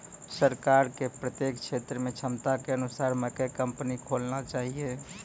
सरकार के प्रत्येक क्षेत्र मे क्षमता के अनुसार मकई कंपनी खोलना चाहिए?